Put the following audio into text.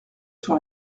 sur